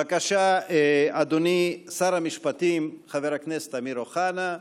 בבקשה, אדוני שר המשפטים חבר הכנסת אמיר אוחנה.